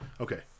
Okay